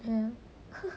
mm